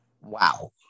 Wow